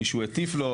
מישהו הטיף לו.